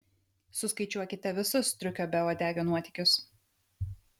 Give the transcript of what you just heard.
suskaičiuokite visus striukio beuodegio nuotykius